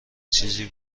چیزی